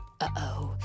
Uh-oh